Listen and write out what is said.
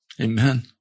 Amen